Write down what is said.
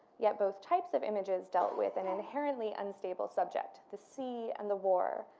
yet both types of images dealt with an inherently unstable subject the sea and the war.